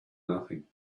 nothing